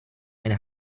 eine